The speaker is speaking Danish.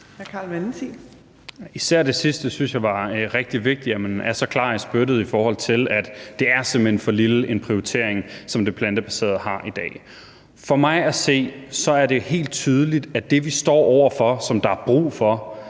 Især det sidste synes jeg var rigtig vigtigt, altså at man er så klar i spyttet, i forhold til at det simpelt hen er en for lav prioritering, det plantebaserede har i dag. For mig at se er det helt tydeligt, at det, vi står over for, og som der er brug for,